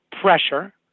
pressure